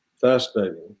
fascinating